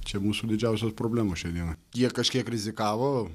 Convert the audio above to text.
čia mūsų didžiausios problemos šiai dienai jie kažkiek rizikavo